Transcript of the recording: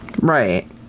Right